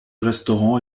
restaurant